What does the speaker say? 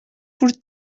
por